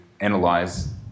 analyze